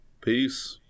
Peace